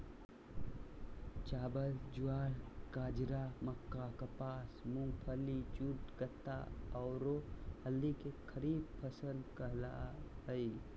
चावल, ज्वार, बाजरा, मक्का, कपास, मूंगफली, जूट, गन्ना, औरो हल्दी के खरीफ फसल कहला हइ